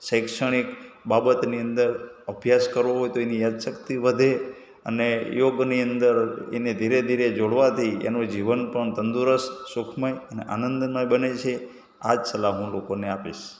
શૈક્ષણિક બાબતની અંદર અભ્યાસ કરવો હોય તો એની યાદશક્તિ વધે અને યોગની અંદર એને ધીરે ધીરે જોડવાથી એનો જીવન પણ તંદુરસ્ત સુખમય અને આનંદમય બને છે આ જ સલાહ હું લોકોને આપીશ